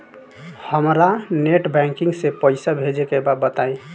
हमरा net banking से पईसा भेजे के बा बताई?